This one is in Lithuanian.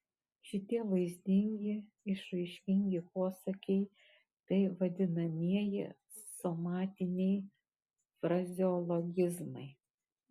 šitie vaizdingi išraiškingi posakiai tai vadinamieji somatiniai frazeologizmai